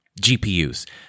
GPUs